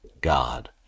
God